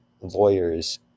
lawyers